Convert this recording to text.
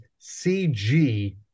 CG